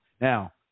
Now